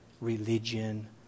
religion